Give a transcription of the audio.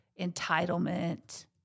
entitlement